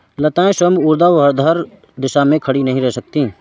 लताएं स्वयं ऊर्ध्वाधर दिशा में खड़ी नहीं रह सकती